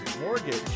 Mortgage